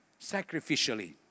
sacrificially